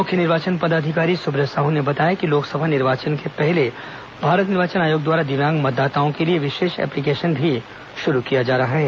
मुख्य निर्वाचन पदाधिकारी सुव्रत साहू ने बताया कि लोकसभा निर्वाचन के पहले भारत निर्वाचन आयोग दिव्यांग मतदाताओं के लिए विशेष एप्लीकेशन भी लांच करने जा रहा है